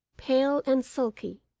pale and sulky,